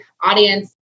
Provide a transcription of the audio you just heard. audience